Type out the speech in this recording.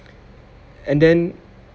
and then